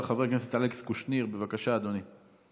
חבר הכנסת אלכס קושניר, בבקשה, אדוני.